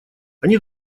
они